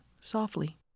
softly